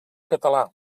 català